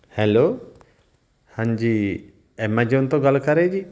hello ਹਾਂਜੀ Amazon ਤੋਂ ਗੱਲ ਕਰ ਰਹੇ ਜੀ